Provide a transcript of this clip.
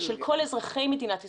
של כל אזרחי מדינת ישראל,